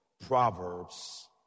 Proverbs